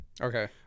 Okay